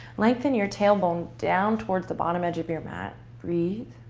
lengthen your tailbone down towards the bottom edge of your mat. breathe.